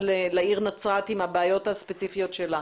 כלפי העיר נצרת עם הבעיות הספציפיות שלה.